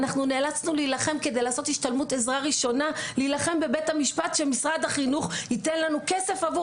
אנחנו נאלצנו להילחם בבית המשפט שמשרד החינוך ייתן לנו כסף לעשות